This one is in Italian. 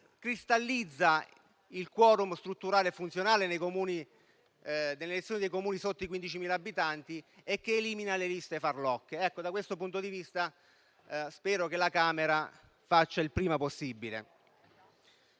che cristallizza il *quorum* strutturale e funzionale delle elezioni dei Comuni sotto i 15.000 abitanti ed elimina le liste fittizie. Da questo punto di vista spero che la Camera faccia il prima possibile.